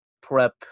prep